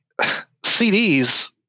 CDs